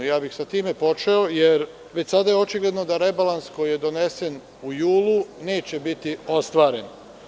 Ja bih sa time počeo, jer već sada je očigledno da rebalans koji je donesen u julu neće biti ostvaren.